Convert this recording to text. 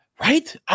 Right